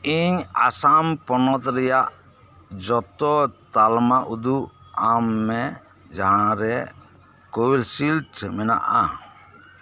ᱤᱧ ᱟᱥᱟᱢ ᱯᱚᱱᱚᱛ ᱨᱮᱭᱟᱜ ᱡᱚᱛᱚ ᱛᱟᱞᱢᱟ ᱩᱫᱩᱜ ᱟᱢ ᱢᱮ ᱡᱟᱦᱟᱸ ᱨᱮ ᱠᱳᱵᱷᱤᱰᱥᱤᱞᱰ ᱢᱮᱱᱟᱜᱼᱟ